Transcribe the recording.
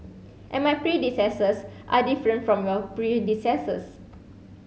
and my predecessors are different from your predecessors